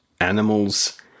animals